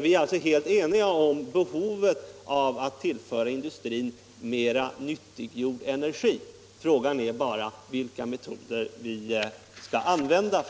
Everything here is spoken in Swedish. Vi är alltså helt eniga om behovet av att tillföra industrin mera nyttiggjord energi. Frågan är bara vilka metoder vi skall använda,